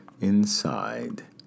inside